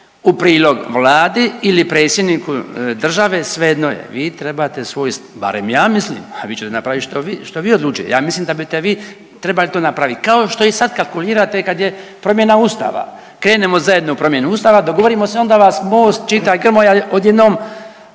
u prilog vladi ili predsjedniku države svejedno je, vi trebate svoj, barem ja mislim, a vi ćete napraviti što vi odlučite, ja mislim da bite vi trebali to napraviti kao što i sad kalkulirate kad je promjena Ustava. Krenemo zajedno u promjenu Ustava, dogovorimo se, onda vas MOST čita i Grmoja odjednom